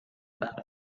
about